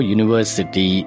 University